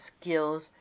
skills